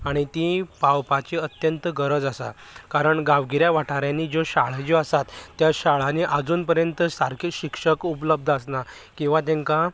आनी ती पावपाची अत्यंत गरज आसा कारण गांवगिऱ्या वाठारांनी ज्यो शाळां ज्यो आसात त्या शाळांनी आजून पर्यंत सारकें शिक्षक उपलब्द आसनात किंवां तेंका